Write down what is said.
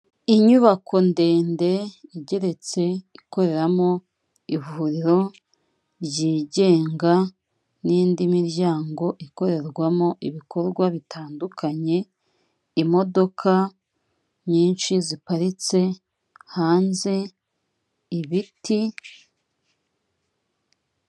Inyubako ndende igeretse, ikoreramo ivuriro ryigenga n'indi miryango ikorerwamo ibikorwa bitandukanye, imodoka nyinshi ziparitse hanze, ibiti.